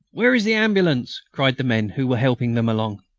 where is the ambulance? cried the men who were helping them along.